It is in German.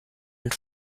und